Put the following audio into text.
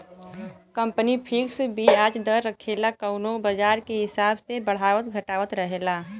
company fix बियाज दर रखेला कउनो बाजार के हिसाब से बढ़ावत घटावत रहेला